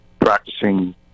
practicing